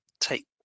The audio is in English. take